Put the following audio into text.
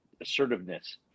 assertiveness